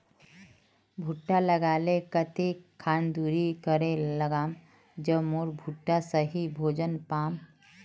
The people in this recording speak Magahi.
भुट्टा लगा ले कते खान दूरी करे लगाम ज मोर भुट्टा सही भोजन पाम?